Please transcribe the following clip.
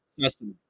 Sesame